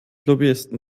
lobbyisten